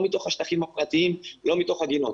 לא מתוך השטחים הפרטיים ולא מתוך הגינות.